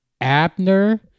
Abner